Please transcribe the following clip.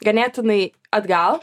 ganėtinai atgal